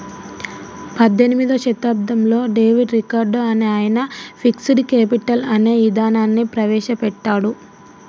పద్దెనిమిదో శతాబ్దంలో David Ricardo అనే ఆయన ఫిక్స్డ్ కేపిటల్ అనే ఇదానాన్ని ప్రవేశ పెట్టాడు